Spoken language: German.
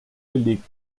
belegt